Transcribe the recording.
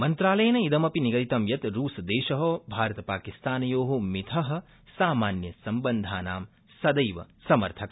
मन्त्रालयेन इदमपि निगदितं यत् रूसदेश भारतपाकिस्तानयो मिथ सामान्यसम्बन्धानां सदैव समर्थक